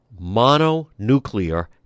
mononuclear